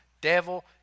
devil